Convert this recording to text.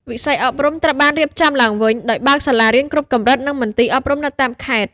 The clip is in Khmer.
វិស័យអប់រំត្រូវបានរៀបចំឡើងវិញ ដោយបើកសាលារៀនគ្រប់កម្រិត និងមន្ទីរអប់រំនៅតាមខេត្ត។